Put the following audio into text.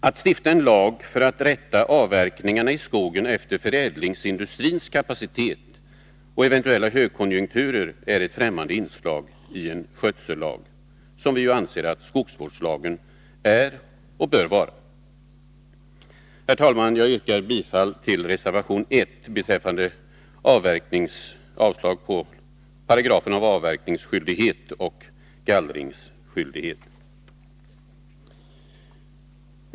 Att stifta en lag för att rätta avverkningarna i skogen efter förädlingsindustrins kapacitet och eventuella högkonjunkturer är att införa ett ffrämmande inslag i en skötsellag, som vi anser att skogsvårdslagen är och bör vara. Herr talman! Jag yrkar bifall till reservation 1 om avslag på paragraferna om avverkningsskyldighet och gallringsskyldighet.